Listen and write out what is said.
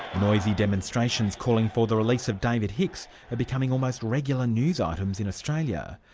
noisy demonstrations calling for the release of david hicks are becoming almost regular news items in australia.